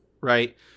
right